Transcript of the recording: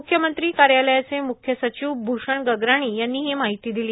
मुख्यमंत्री कार्यालयाचे मुख्य सचिव भूषण गगराणी यांनी ही माहिती दिली